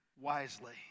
wisely